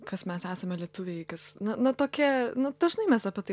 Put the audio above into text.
kad mes esame lietuviai kas na na tokie nu dažnai mes apie tai